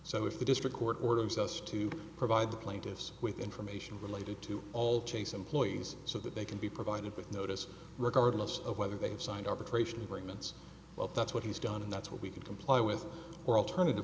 so if the district court orders us to provide the plaintiffs with information related to all chase employees so that they can be provided with notice regardless of whether they've signed arbitration agreements but that's what he's done and that's what we can comply with or